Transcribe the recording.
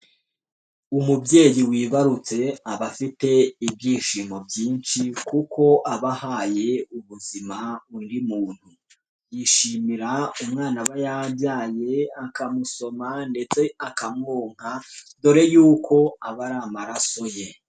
Umubyeyi wibarutse aba afite ibyishimo byinshi kuko aba ahaye ubuzima undi muntu, yishimira umwana aba yabyaye akamusoma ndetse akamwonka dore yuko aba ari amaraso ye.